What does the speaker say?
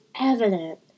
evident